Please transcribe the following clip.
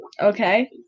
Okay